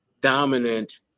dominant